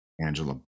angela